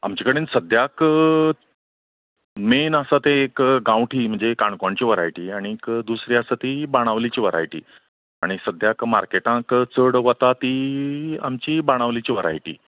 आमचे कडेन सद्द्याक मेन आसा ते एक गांवठी म्हणजें काणकोणची वरायटी आनी एक दुसरी आसा ती बाणावलेची वरायटी आनी सद्द्याक मार्केटांत चड वता ती आमची बाणावलेची वरायटी